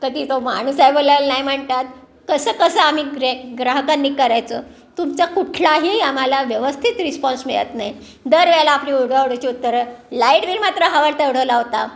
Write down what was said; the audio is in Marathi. कधी तो माणूस ॲवलेल नाही म्हणतात कसं कसं आम्ही ग्रे ग्राहकांनी करायचं तुमचा कुठलाही आम्हाला व्यवस्थित रिस्पॉन्स मिळत नाही दरवेळेला आपली उडवाउडवीची उत्तरं लाईट बील मात्र हवं तेवढं लावता